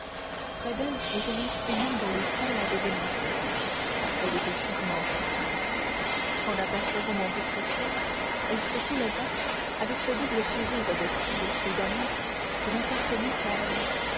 près d'elle était l'instrument dont les sons l'avaient dénoncée elle était charmante ainsi en apercevant monte cristo elle se souleva avec ce double sourire de fille et d'amante qui n'appartenait qu'à elle